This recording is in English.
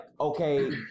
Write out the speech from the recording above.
okay